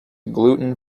gluten